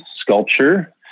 sculpture